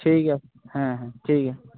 ঠিক আছে হ্যাঁ হ্যাঁ ঠিক আছে